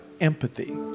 empathy